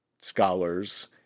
scholars